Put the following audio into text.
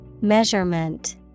Measurement